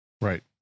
Right